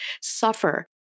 suffer